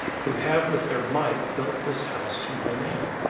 who have, with their might, built this house to my name.